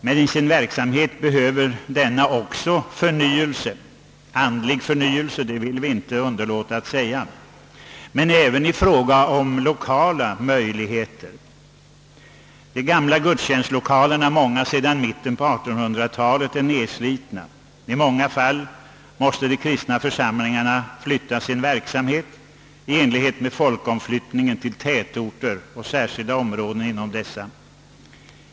Men den kristna verksamheten behöver också en förnyelse, både andlig — det vill vi inte underlåta att säga — och i fråga om sina lokaler. De gamla gudstjänstlokalerna, av vilka många byggdes i mitten av 1800-talet, är nedslitna. I många fall måste de kristna församlingarna på grund av folkomflyttningen förlägga sin verksamhet till tätorter eller till nya områden inom dessa.